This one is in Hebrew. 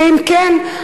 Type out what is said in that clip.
ואם כן,